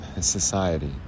society